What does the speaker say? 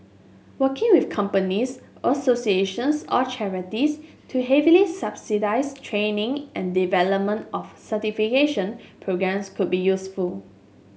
working with companies associations or charities to heavily subsidise training and development of certification programmes could be useful